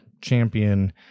champion